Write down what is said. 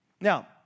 Now